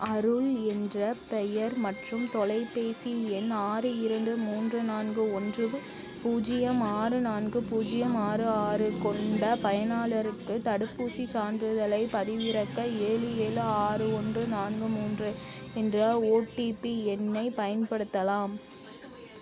அருள் என்ற பெயர் மற்றும் தொலைபேசி எண் ஆறு இரண்டு மூன்று நான்கு ஒன்று பூஜ்ஜியம் ஆறு நான்கு பூஜ்ஜியம் ஆறு ஆறு கொண்ட பயனாளருக்கு தடுப்பூசி சான்றிதழைப் பதிவிறக்க ஏழு ஏழு ஆறு ஒன்று நான்கு மூன்று என்ற ஓடிபி எண்ணை பயன்படுத்தலாம்